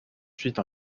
ensuite